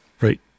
Right